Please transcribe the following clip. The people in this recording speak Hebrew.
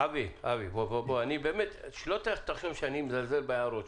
אני לא מזלזל בהערותיך,